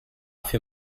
für